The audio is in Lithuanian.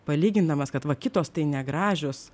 palygindamas kad va kitos tai negražios